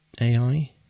AI